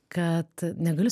kad negaliu